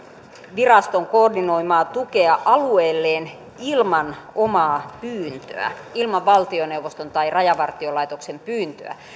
viraston koordinoimaa tukea alueelleen ilman omaa pyyntöä ilman valtioneuvoston tai rajavartiolaitoksen pyyntöä